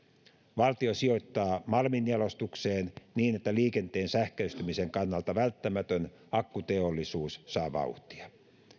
valtio sijoittaa malminjalostukseen niin että liikenteen sähköistymisen kannalta välttämätön akkuteollisuus saa vauhtia